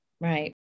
Right